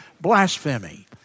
blasphemy